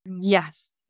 yes